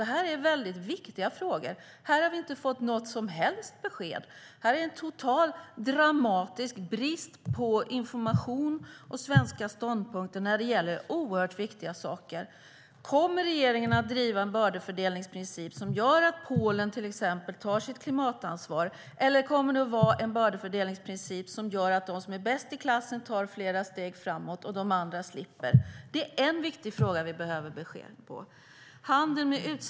Detta är väldigt viktiga frågor, men här har vi inte fått något som helst besked, utan det är en total dramatisk brist på information om svenska ståndpunkter när det gäller så oerhört viktiga frågor. Kommer regeringen att driva en bördefördelningsprincip som gör att till exempel Polen tar sitt klimatansvar? Eller kommer det att bli en bördefördelningsprincip som gör att de som är bäst i klassen tar flera steg framåt medan de andra slipper? Det är en viktig fråga som vi behöver få besked om.